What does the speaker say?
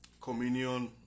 communion